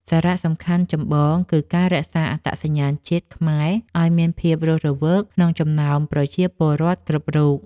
សារៈសំខាន់ចម្បងគឺការរក្សាអត្តសញ្ញាណជាតិខ្មែរឱ្យមានភាពរស់រវើកក្នុងចំណោមប្រជាពលរដ្ឋគ្រប់រូប។